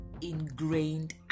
ingrained